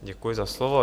Děkuji za slovo.